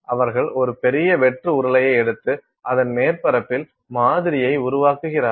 அவர்கள் ஒரு பெரிய வெற்று உருளையை எடுத்து அதன் மேற்பரப்பில் மாதிரியை உருவாக்குகிறார்கள்